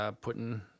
putting